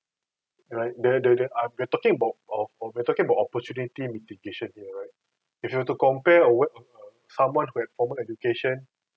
right the the uh we are talking about of we are talking about opportunity mitigation here if you were to compare with someone who had formal education